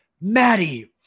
Maddie